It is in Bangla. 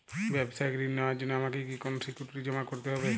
ব্যাবসায়িক ঋণ নেওয়ার জন্য আমাকে কি কোনো সিকিউরিটি জমা করতে হবে?